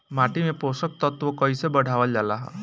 माटी में पोषक तत्व कईसे बढ़ावल जाला ह?